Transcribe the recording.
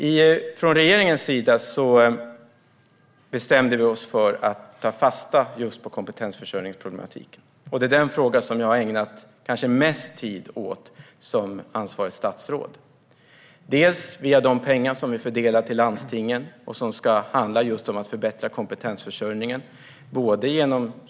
Från regeringens sida bestämde vi oss för att ta fasta just på kompetensförsörjningsproblematiken. Det är kanske den fråga som jag har ägnat mest tid åt som ansvarigt statsråd. Det ska för det första ske via de pengar som vi fördelar till landstingen för förbättrad kompetensförsörjning.